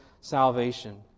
salvation